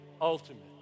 ultimate